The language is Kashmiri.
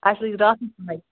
اَسہِ لٔج راتھٕے پاے